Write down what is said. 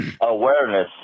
awareness